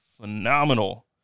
phenomenal